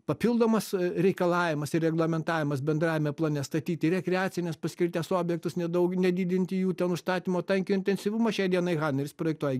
papildomas reikalavimas ir reglamentavimas bendrajame plane statyti rekreacinės paskirties objektus nedaug nedidinti jų ten užstatymo tankio intensyvumo šiai dienai haneris projektuoja